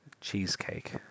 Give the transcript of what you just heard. Cheesecake